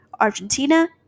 Argentina